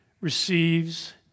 receives